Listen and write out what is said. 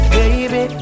baby